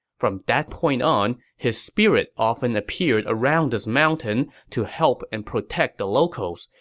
from that point on, his spirit often appeared around this mountain to help and protect the locals,